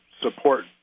Support